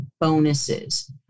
bonuses